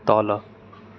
तल